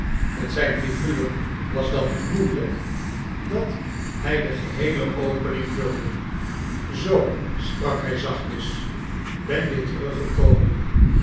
met zijn kerstvertellingen figuur was dat naet moeilijk dat hij de geheele opening vulde zoo sprak hij zachtjes bea je teruggekomen